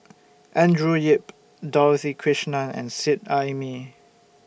Andrew Yip Dorothy Krishnan and Seet Ai Mee